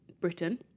Britain